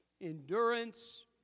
endurance